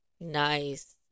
nice